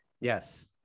Yes